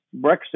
Brexit